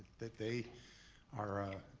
that they are,